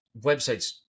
websites